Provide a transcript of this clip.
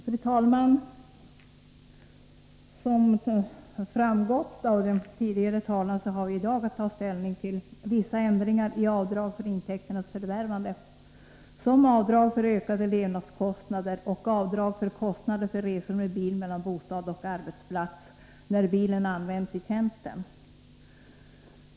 Fru talman! Som framgått av tidigare anföranden har vi i dag att ta ställning till ändringar när det gäller vissa avdrag för intäkternas förvärvande, nämligen avdrag för ökade levnadskostnader och avdrag för kostnader för resor med bil mellan bostad och arbetsplats när bilen används i tjänsten.